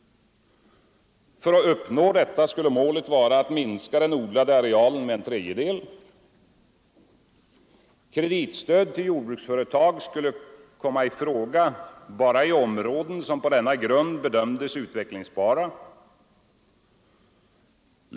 För att uppnå detta skulle målet vara att minska den odlade arealen med en tredjedel. Kreditstöd till jordbruksföretag skulle komma i fråga bara i områden som på denna grund bedömdes utvecklingsbara.